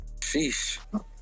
Sheesh